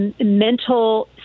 mental